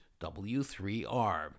W3R